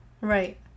Right